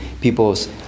people's